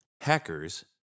hackers